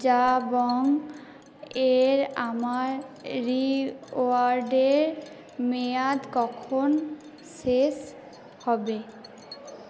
জাবং এ আমার রিওয়ার্ডের মেয়াদ কখন শেষ হবে